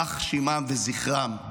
יימח שמם וזכרם?